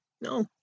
No